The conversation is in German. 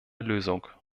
lösung